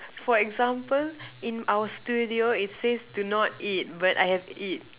for example in our studio it says do not eat but I have eat